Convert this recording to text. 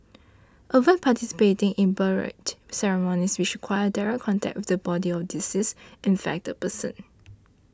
avoid participating in burial ceremonies which require direct contact with the body of a deceased infected person